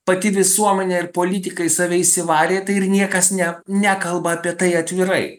pati visuomenė ir politikai save įsivarė tai ir niekas ne nekalba apie tai atvirai